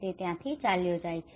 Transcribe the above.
અને તે ત્યાંથી ચાલ્યો ગયો